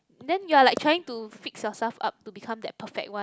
then you're like trying to fix yourself up to become that perfect one